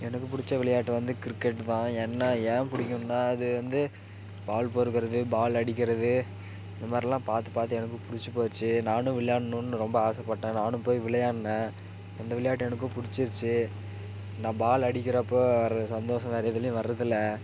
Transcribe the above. எனக்கு பிடிச்ச விளையாட்டு வந்து கிரிக்கெட்டு தான் என்னா ஏன் பிடிக்குன்னா அது வந்து பால் பொறுக்கறது பால் அடிக்கிறது இது மாதிரிலாம் பார்த்து பார்த்து எனக்கு பிடிச்சி போயிடுச்சு நானும் விளையாடணுன்னு ரொம்ப ஆசைப்பட்டேன் நானும் போய் விளையாண்டேன் அந்த விளையாட்டு எனக்கும் பிடிச்சிருச்சி நான் பால் அடிக்கிறப்போ வர சந்தோஷம் வேறே எதுலியும் வர்றதில்லை